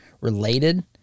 related